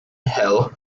hell